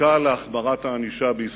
חקיקה להחמרת הענישה בישראל.